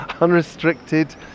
unrestricted